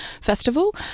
festival